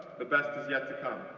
the best is yet to come.